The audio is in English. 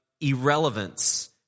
irrelevance